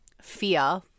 fear